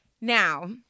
Now